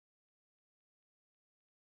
I have two sheeps there